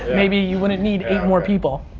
maybe you wouldn't need eight more people.